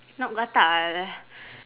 not gatal